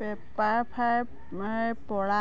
পেপাৰফ্ৰাইৰ পৰা